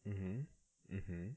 mmhmm mmhmm